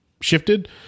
shifted